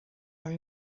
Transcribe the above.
are